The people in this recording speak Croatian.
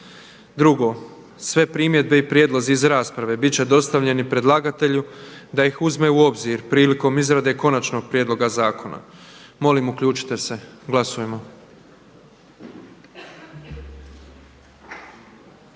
2. Sve primjedbe i prijedlozi iz rasprave biti će dostavljeni predlagatelju da ih uzme u obzir prilikom izrade konačnog prijedloga zakona.“. Molim, uključimo se i glasujmo.